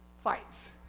fights